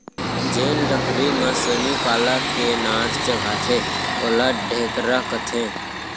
जेन लकरी म सेमी पाला के नार चघाथें ओला ढेखरा कथें